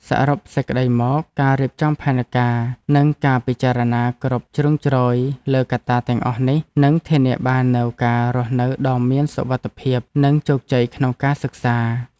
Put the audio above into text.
សរុបសេចក្តីមក ការរៀបចំផែនការ និងការពិចារណាគ្រប់ជ្រុងជ្រោយលើកត្តាទាំងអស់នេះ នឹងធានាបាននូវការរស់នៅដ៏មានសុវត្ថិភាព និងជោគជ័យក្នុងការសិក្សា។